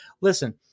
Listen